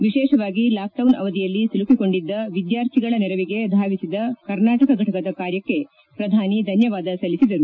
ವಿಶೇಷವಾಗಿ ಲಾಕ್ಡೌನ್ ಅವಧಿಯಲ್ಲಿ ಸಿಲುಕಿಕೊಂಡಿದ್ದ ವಿದ್ಯಾರ್ಥಿಗಳ ನೆರವಿಗೆ ಧಾವಿಸಿದ ಕರ್ನಾಟಕ ಫಟಕದ ಕಾರ್ಯಕ್ತೆ ಪ್ರಧಾನಿ ಧನ್ವವಾದ ಸಲ್ಲಿಸಿದರು